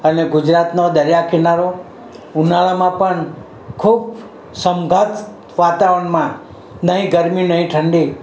અને ગુજરાતનો દરિયા કિનારો ઉનાળામાં પણ ખૂબ સમઘાત વાતાવરણમાં નહીં ગરમી નહીં ઠંડી